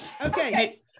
Okay